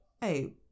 hey